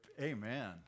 Amen